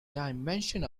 dimension